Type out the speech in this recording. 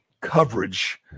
coverage